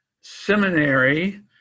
Seminary